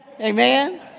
Amen